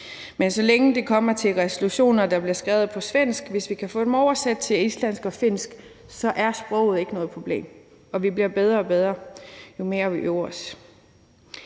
Men hvis vi kan få resolutioner, der bliver skrevet på svensk, oversat til islandsk og finsk, er sproget ikke noget problem, og vi bliver bedre og bedre, jo mere vi øver os.